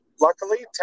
Luckily